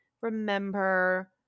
remember